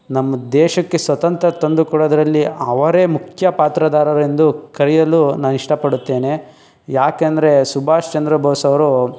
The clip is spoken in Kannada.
ನಮ್ಮ ದೇಶಕ್ಕೆ ಸ್ವತಂತ್ರ ತಂದು ಕೊಡೋದರಲ್ಲಿ ಅವರೇ ಮುಖ್ಯ ಪಾತ್ರದಾರರೆಂದು ಕರೆಯಲು ನಾನು ಇಷ್ಟಪಡುತ್ತೇನೆ ಯಾಕೆಂದ್ರೆ ಸುಭಾಷ್ ಚಂದ್ರ ಬೋಸ್ ಅವರು